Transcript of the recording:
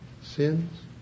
sins